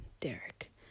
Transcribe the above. derek